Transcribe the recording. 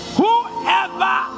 whoever